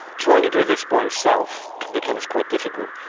trying to do this by yourself can become quite difficult,